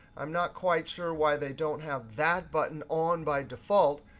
i'm not quite sure why they don't have that button on by default.